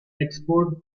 export